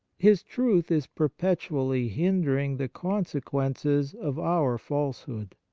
his truth is perpetually hindering the consequences of our false hood.